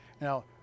Now